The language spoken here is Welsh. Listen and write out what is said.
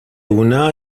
wna